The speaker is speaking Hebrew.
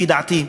לפי דעתי,